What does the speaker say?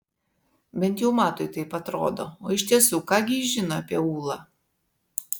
bent jau matui taip atrodo o iš tiesų ką gi jis žino apie ūlą